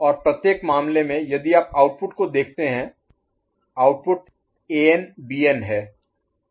और प्रत्येक मामले में यदि आप आउटपुट को देखते हैं आउटपुट एन बीएन है